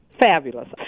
fabulous